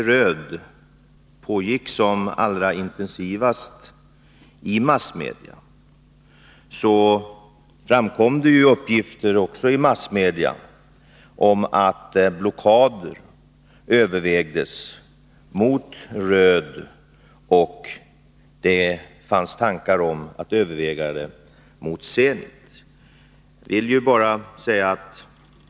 Röed pågick som allra intensivast i massmedia framkom uppgifter om att blockader övervägdes mot Röed, och det fanns tankar om att blockad övervägdes också mot rederiet Zenits fartygsinnehav.